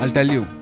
um tell you.